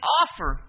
offer